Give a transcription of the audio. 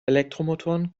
elektromotoren